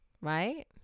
Right